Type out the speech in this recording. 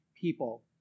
people